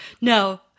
No